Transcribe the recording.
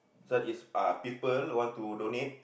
so is are people want to donate